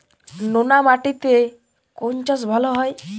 নোনা মাটিতে কোন চাষ ভালো হয়?